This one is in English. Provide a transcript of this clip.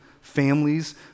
families